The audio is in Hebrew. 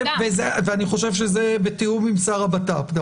ואני חושב שזה בתיאום עם שר הבט"פ, נכון?